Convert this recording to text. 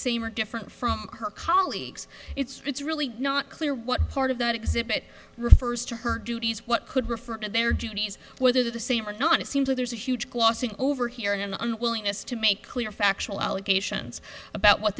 same or different from her colleagues it's really not clear what part of that exhibit refers to her duties what could refer to their duties whether the same or not it seems that there's a huge glossing over here in the unwillingness to make clear factual allegations about what